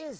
is